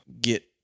get